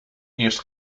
eerst